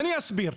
ואני אסביר.